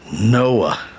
Noah